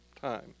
time